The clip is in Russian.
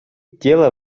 дело